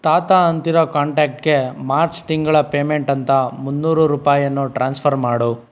ತಾತ ಅಂತಿರೊ ಕಾಂಟ್ಯಾಕ್ಟ್ಗೆ ಮಾರ್ಚ್ ತಿಂಗಳ ಪೇಮೆಂಟ್ ಅಂತ ಮುನ್ನೂರು ರೂಪಾಯಿಯನ್ನು ಟ್ರಾನ್ಸ್ಫರ್ ಮಾಡು